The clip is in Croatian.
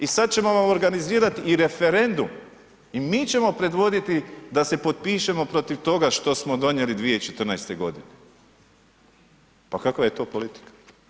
I sada ćemo vam organizirati i referendum i mi ćemo predvoditi da se potpišemo protiv toga što smo donijeli 2014. godine.“ Pa kakva je to politika?